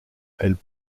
elles